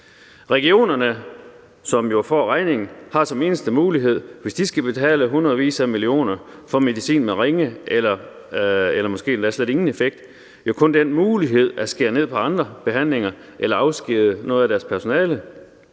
Regionerne, som jo får regningen, har, hvis de skal betale hundredvis af millioner kroner for medicin med ringe eller måske endda slet ingen effekt, jo kun den mulighed at skære ned på andre behandlinger eller afskedige noget af deres personale,